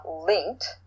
linked